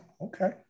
okay